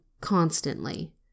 constantly